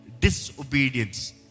Disobedience